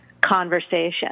conversation